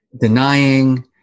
denying